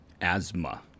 asthma